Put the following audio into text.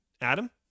Adam